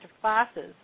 classes